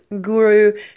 guru